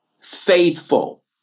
faithful